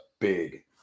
big